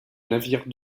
navires